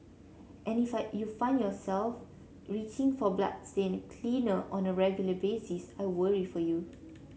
and if I you find yourself reaching for bloodstain cleaner on a regular basis I worry for you